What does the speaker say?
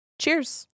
Cheers